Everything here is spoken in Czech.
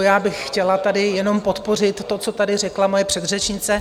Já bych chtěla tady jenom podpořit to, co tady řekla moje předřečnice.